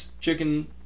chicken